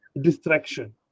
distraction